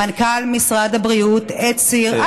מנכ"ל משרד הבריאות הצהיר,